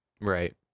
Right